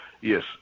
Yes